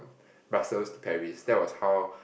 Brussels to Paris that was how